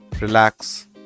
relax